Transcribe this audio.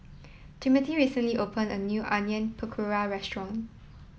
Timmothy recently opened a new Onion Pakora Restaurant